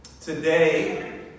Today